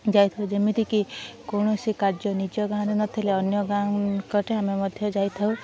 ଯାଇଥାଉ ଯେମିତିକି କୌଣସି କାର୍ଯ୍ୟ ନିଜ ଗାଁରେ ନଥିଲେ ଅନ୍ୟ ଗାଁ ନିକଟରେ ଆମେ ମଧ୍ୟ ଯାଇଥାଉ